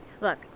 look